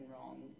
wrong